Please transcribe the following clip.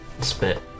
spit